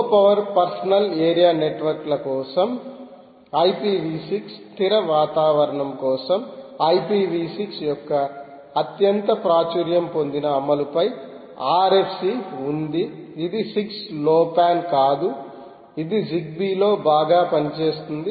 లో power personal area నెట్వర్క్ల కోసం IPV6 స్థిర వాతావరణం కోసం IP v 6 యొక్క అత్యంత ప్రాచుర్యం పొందిన అమలుపై RF C ఉంది ఇది 6 లో పాన్ కాదు ఇది జిగ్బీలో బాగా పనిచేస్తుంది